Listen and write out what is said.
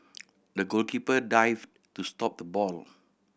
the goalkeeper dived to stop the ball